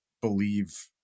believe